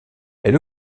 elle